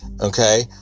Okay